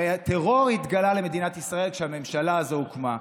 הטרור התגלה למדינת ישראל כשהממשלה הזאת הוקמה.